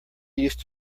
used